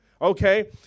Okay